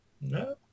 No